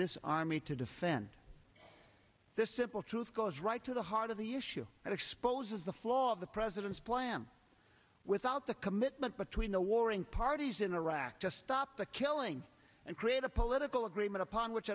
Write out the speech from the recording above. this army to defend this simple truth goes right to the heart of the issue and exposes the flaw of the president's plan without the commitment between the warring parties interact just stop the killing and create a political agreement upon which